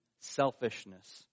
selfishness